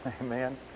Amen